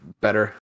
better